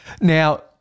Now